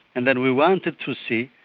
and then we wanted to see,